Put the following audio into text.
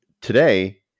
today